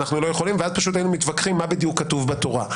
ואז פשוט היינו מתווכחים מה בדיוק כתוב בתורה.